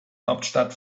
hauptstadt